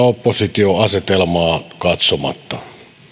oppositioasetelmaa katsomatta